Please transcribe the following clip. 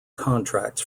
contracts